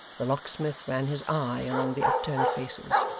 the locksmith ran his eye along the upturned faces,